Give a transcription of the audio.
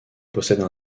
possèdent